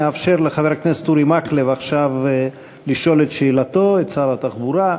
אני אאפשר עכשיו לחבר הכנסת אורי מקלב לשאול את שאלתו לשר התחבורה.